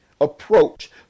approach